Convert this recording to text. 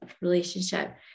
relationship